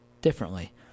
differently